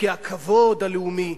חוקי הכבוד הלאומי.